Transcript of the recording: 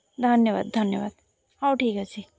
ଧନ୍ୟବାଦ ଧନ୍ୟବାଦ ହଉ ଠିକ୍ ଅଛି